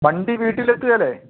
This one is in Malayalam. വണ്ടി വീട്ടിൽ എത്തുകയില്ലേ